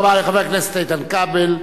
תודה רבה לחבר הכנסת איתן כבל.